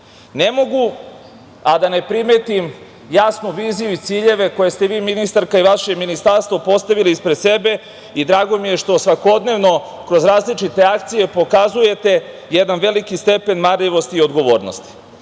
mogu a da ne primetim jasnu viziju i ciljeve koje ste vi, ministarka, i vaše ministarstvo postavili ispred sebe i drago mi je što svakodnevno kroz različite akcije pokazujete jedan veliki stepen marljivosti i odgovornosti.